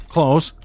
Close